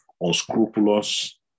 unscrupulous